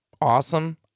awesome